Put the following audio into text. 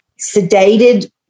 sedated